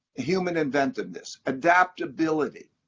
human inventiveness, adaptability.